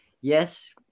yes